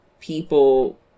people